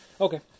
Okay